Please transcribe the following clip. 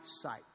sight